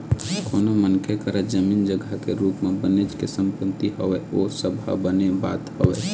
कोनो मनखे करा जमीन जघा के रुप म बनेच के संपत्ति हवय ओ सब ह बने बात हवय